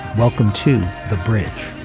welcome to the bridge.